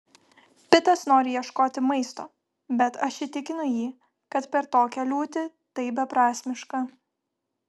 pitas nori ieškoti maisto bet aš įtikinu jį kad per tokią liūtį tai beprasmiška